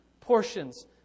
portions